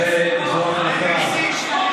זו החלטה,